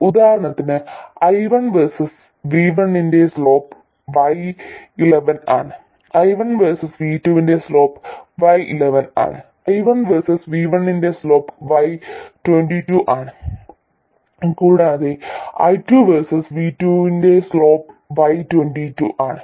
ഉദാഹരണത്തിന് I1 versus V1 ന്റെ slope y11 ആണ് I1 വേഴ്സസ് V2 ന്റെ സ്ലോപ് y11 ആണ് I2 വേഴ്സസ് V1 ന്റെ സ്ലോപ് y22 ആണ് കൂടാതെ I2 വേഴ്സസ് V2 ന്റെ സ്ലോപ് y22 ആണ്